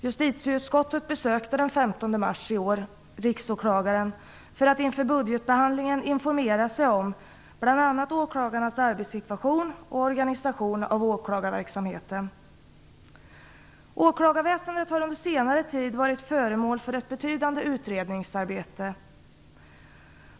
Justitieutskottet besökte den 15 mars i år riksåklagaren för att inför budgetbehandlingen informera sig om bl.a. åklagarnas arbetssituation och organisation av åklagarverksamheten. Åklagarväsendet har under senare tid varit föremål för ett betydande utredningsarbete.